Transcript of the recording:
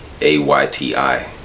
a-y-t-i